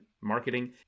marketing